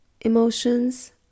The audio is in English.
emotions